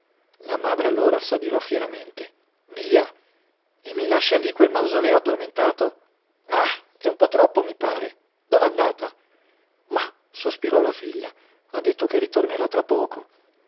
la madre allora s'adirò fieramente via e mi lascia lí quel mausoleo addormentato ah è un po troppo mi pare dov'è andata mah sospirò la figlia ha detto che ritornerà tra poco